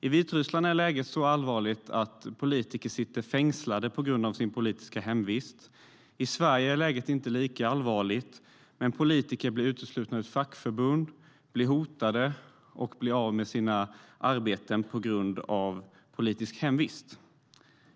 I Vitryssland är läget så allvarligt att politiker sitter fängslade på grund av sin politiska hemvist. I Sverige är läget inte lika allvarligt, men politiker blir uteslutna ur fackförbund, blir hotade och blir av med sina arbeten på grund av politisk hemvist.